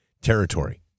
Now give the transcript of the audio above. territory